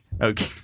Okay